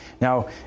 Now